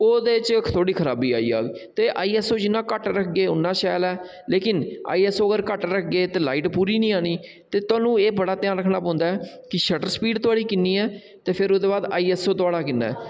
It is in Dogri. ओह्दे च थोह्ड़ी खराबी आई जाह्ग ते आईएसओ जिन्ना घट्ट रक्खगे उन्ना शैल ऐ लेकिन आईएसओ अगर घट्ट रक्खगे ते लाईट पूरी निं आनी ते थुहानूं एह् बड़ा ध्यान रक्खना पौंदा ऐ कि शटर स्पीड थुआढ़ी किन्नी ऐ ते फिर ओह्दे बाद आईएसओ थुहाड़ा किन्ना ऐ